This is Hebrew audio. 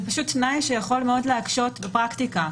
זה תנאי שיכול מאוד להקשות בפרקטיקה,